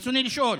ברצוני לשאול: